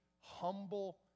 humble